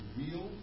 real